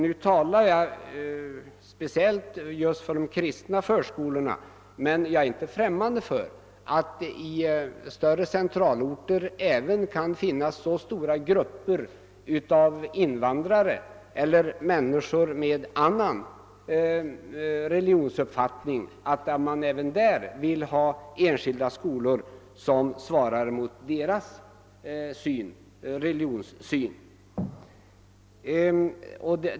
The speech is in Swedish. Nu talar jag speciellt för de kristna förskolorna, men jag är inte främmande för att det i större centralorter även kan finnas så stora grupper av exempelvis invandrare eller människor med annan religionsuppfattning att man även där vill ha enskilda skolor som svarar mot denna religionssyn.